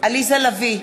עליזה לביא,